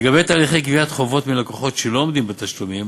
לגבי תהליכי גביית חובות מלקוחות שלא עומדים בתשלומים,